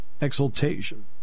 exultation